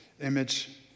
image